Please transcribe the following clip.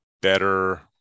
better